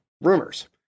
rumors